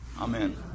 amen